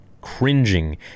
cringing